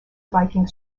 viking